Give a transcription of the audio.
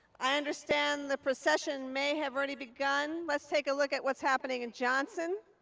i understand the procession may have already begun. let's take a look at what's happening in johnson.